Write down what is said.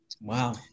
Wow